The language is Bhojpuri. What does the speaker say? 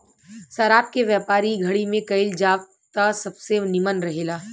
शराब के व्यापार इ घड़ी में कईल जाव त सबसे निमन रहेला